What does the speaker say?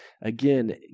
again